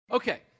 Okay